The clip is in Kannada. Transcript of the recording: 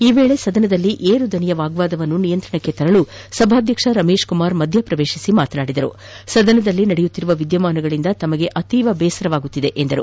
ಈ ವೇಳಿ ಸದನದಲ್ಲಿ ಏರು ಧ್ವನಿಯ ವಾಗ್ವಾದವನ್ನು ನಿಯಂತ್ರಣಕ್ಕೆ ತರಲು ಸಭಾಧ್ಯಕ್ಷ ರಮೇಶ್ ಕುಮಾರ್ ಮಧ್ಯ ಪ್ರವೇಶಿಸಿ ಮಾತನಾಡಿದರು ಸದನದಲ್ಲಿ ನಡೆಯುತ್ತಿರುವ ವಿದ್ಯಮಾನಗಳಿಂದ ತಮಗೆ ತೀವ್ರ ಬೇಸರವಾಗುತ್ತಿದೆ ಎಂದರು